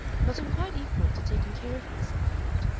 but i'm quite equal to taking care of myself, aunt.